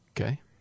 Okay